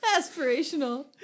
aspirational